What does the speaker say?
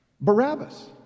Barabbas